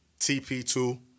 TP2